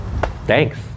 thanks